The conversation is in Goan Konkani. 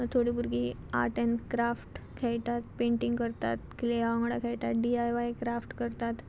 थोडी भुरगीं आर्ट एंड क्राफ्ट खेळटात पेंटींग करतात क्लेया वांगडा खेळटात डी आय वाय क्राफ्ट करतात